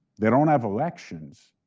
they don't have elections.